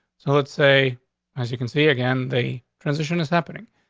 so let's say as you can see again, the transition is happening.